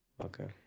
okay